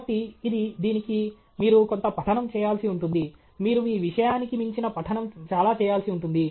కాబట్టి ఇది దీనికి మీరు కొంత పఠనం చేయాల్సి ఉంటుంది మీరు మీ విషయానికి మించిన పఠనం చాలా చేయాల్సి ఉంటుంది